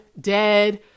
dead